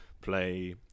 play